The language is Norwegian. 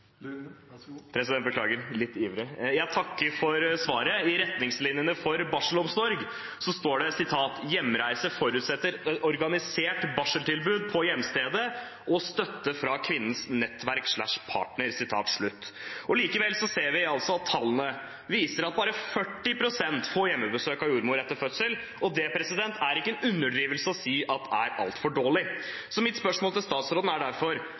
Jeg takker for svaret. I retningslinjene for barselomsorg står det: «Hjemreise forutsetter et organisert barseltilbud på hjemstedet og støtte fra kvinnens nettverk/partner.» Likevel ser vi altså at tallene viser at bare 40 pst. får hjemmebesøk av jordmor etter fødsel, og det er ikke en underdrivelse å si at det er altfor dårlig. Mitt spørsmål til statsråden er derfor: